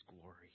glory